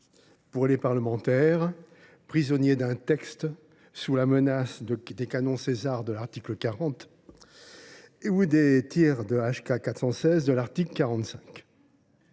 pour les parlementaires : ils sont prisonniers d’un texte, sous la menace des canons Caesar de l’article 40 ou des tirs de HK 416 de l’article 45